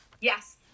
yes